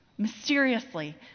mysteriously